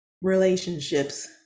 Relationships